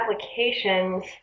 applications